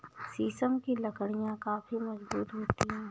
शीशम की लकड़ियाँ काफी मजबूत होती हैं